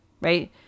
right